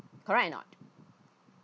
correct or not